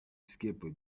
skipper